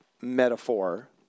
metaphor